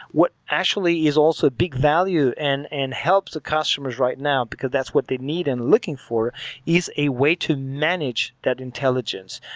what actually is also a big value and and help the customers right now because that's what they need and looking for is a way to manage that intelligence,